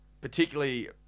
particularly